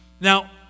Now